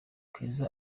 keza